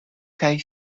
kaj